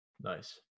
Nice